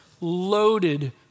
loaded